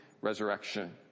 resurrection